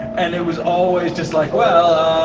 and it was always just like, well,